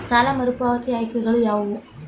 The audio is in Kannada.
ಸಾಲ ಮರುಪಾವತಿ ಆಯ್ಕೆಗಳು ಯಾವುವು?